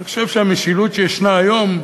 אני חושב שהמשילות שישנה היום,